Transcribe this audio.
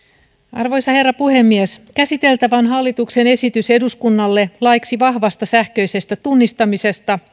arvoisa herra puhemies käsiteltävänä on hallituksen esitys eduskunnalle laiksi vahvasta sähköisestä tunnistamisesta